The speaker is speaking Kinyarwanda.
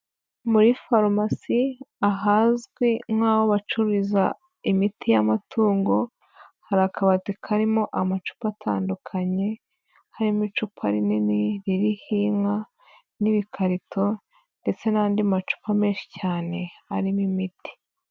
Muri farumasi ahazwi nkaho bacururiza imiti y'amatungo, hari akabati karimo amacupa atandukanye harimo icupa rinini ririho inka n'ibikarito ndetse n'andi macupa menshi cyane harimo imiti.